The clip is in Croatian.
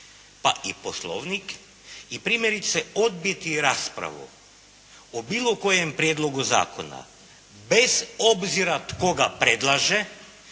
pa i Poslovnik i primjerice odbiti raspravu o bilo kojem prijedlogu zakona bez obzira tko ga predlaže